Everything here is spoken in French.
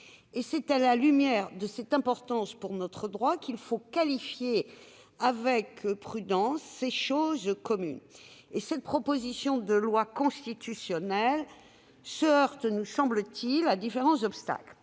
C'est à la lumière de cette importance pour notre droit qu'il faut qualifier, avec prudence, ces « choses communes ». Cette proposition de loi constitutionnelle se heurte, me semble-t-il, à différents obstacles.